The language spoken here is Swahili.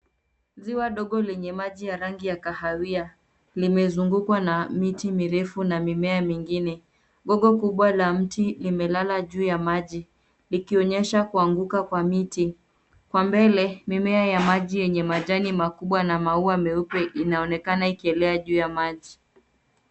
Ziwa dogo lenye maji ya rangi ya kahawia limezungukwa na miti mirefu na mimea mingine. Gogo kubwa la mti limelala juu ya maji likionyesha kuanguka kwa miti. Kwa mbele, mimea ya maji yenye majani makubwa na maua meupe inaonekana ikielea juu ya maji.